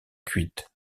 cuite